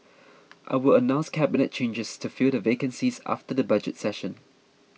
I will announce cabinet changes to fill the vacancies after the budget session